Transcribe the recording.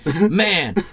Man